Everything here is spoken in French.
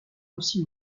aussi